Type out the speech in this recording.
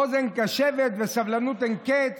אוזן קשבת וסבלנות אין-קץ.